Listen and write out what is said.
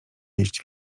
jeść